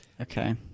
okay